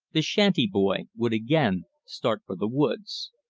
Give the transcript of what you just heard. the shanty boy would again start for the woods.